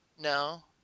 No